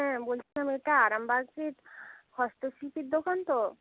হ্যাঁ বলছিলাম এটা আরামবাগের হস্তশিল্পীর দোকান তো